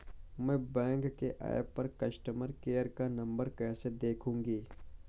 मैं बैंक के ऐप पर कस्टमर केयर का नंबर कैसे देखूंगी?